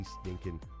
stinking